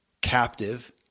captive